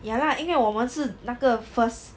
ya lah 因为我们是那个 first